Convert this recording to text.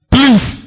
Please